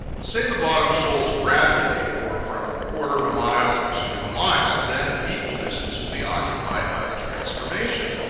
say the bottom shoals gradually for from quarter of a mile to a mile, then an equal distance will be occupied by the transformation.